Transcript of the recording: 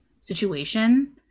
situation